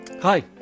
Hi